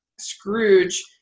scrooge